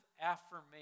affirmation